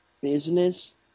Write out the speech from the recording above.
business